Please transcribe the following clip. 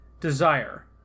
desire